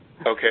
Okay